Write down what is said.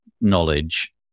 knowledge